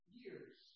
years